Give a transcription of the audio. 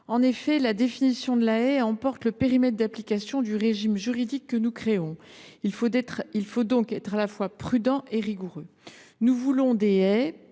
rectifié. La définition de la haie emporte le périmètre d’application du régime juridique que nous créons. Il nous faut donc être à la fois prudents et rigoureux. Nous ne voulons pas